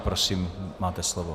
Prosím, máte slovo.